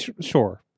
Sure